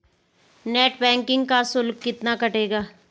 Net banking का शुल्क कितना कटेगा?